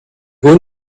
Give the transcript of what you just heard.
going